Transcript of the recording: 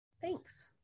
Thanks